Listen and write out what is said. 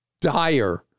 dire